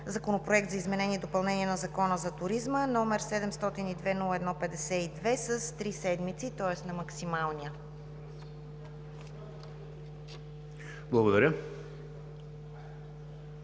Законопроект за изменение и допълнение на Закона за туризма, № 702-01-52, с три седмици, тоест на максималния срок.